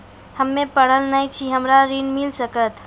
हम्मे पढ़ल न छी हमरा ऋण मिल सकत?